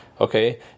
Okay